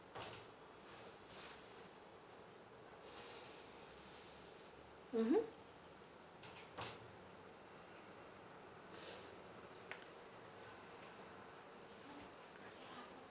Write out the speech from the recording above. mmhmm